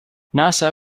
nasa